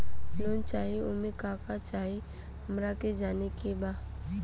Loan चाही उमे का का चाही हमरा के जाने के बा?